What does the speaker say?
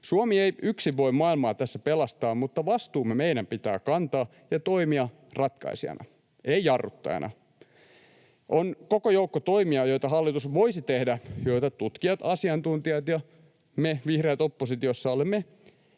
Suomi ei yksin voi maailmaa tässä pelastaa, mutta vastuumme meidän pitää kantaa ja toimia ratkaisijana, ei jarruttajana. On koko joukko toimia, joita hallitus voisi tehdä ja joita tutkijat, asiantuntijat ja me vihreät oppositiossa olemme